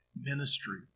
ministry